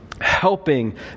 Helping